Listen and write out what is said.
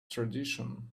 tradition